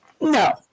No